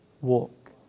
walk